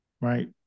right